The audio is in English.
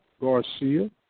Garcia